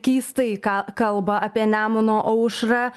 keistai ką kalba apie nemuno aušrą